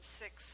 six